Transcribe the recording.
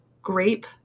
grape